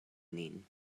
nin